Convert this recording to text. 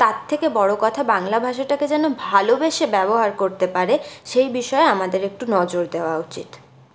তার থেকে বড়ো কথা বাংলা ভাষাটাকে যেন ভালোবেসে ব্যবহার করতে পারে সেই বিষয়ে আমাদের একটু নজর দেওয়া উচিত